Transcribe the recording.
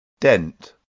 dent